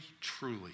truly